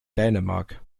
dänemark